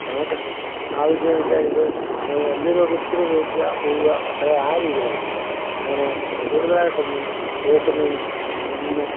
നമുക്ക് ആവശ്യംച്ചായിത് എന്തേലൊക്കെ ഇച്ചിരി കേക്കാ പോവ്വാ അത്രെ ആ രീതീലുള്ളതാണ് അങ്ങനെ കൂടുതലായിട്ടൊന്നും കേക്കുന്നേനും ഒന്നും